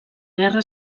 guerra